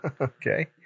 Okay